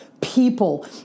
people